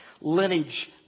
lineage